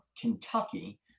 Kentucky